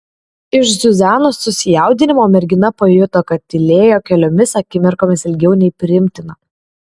iš zuzanos susijaudinimo mergina pajuto kad tylėjo keliomis akimirkomis ilgiau nei priimtina